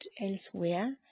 elsewhere